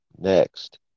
next